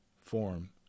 form